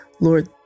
Lord